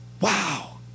Wow